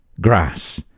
Grass